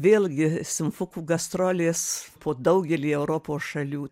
vėlgi simfukų gastrolės po daugelį europos šalių